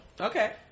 Okay